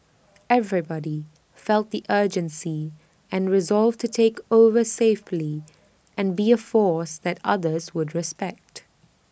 everybody felt the urgency and resolve to take over safely and be A force that others would respect